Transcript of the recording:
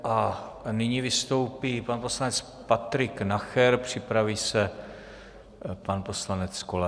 A nyní vystoupí pan poslanec Patrik Nacher, připraví se pan poslanec Kolářík.